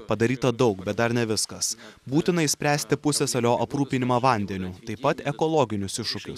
padaryta daug bet dar ne viskas būtina išspręsti pusiasalio aprūpinimą vandeniu taip pat ekologinius iššūkius